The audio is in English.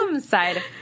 side